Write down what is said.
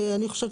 אני חושבת,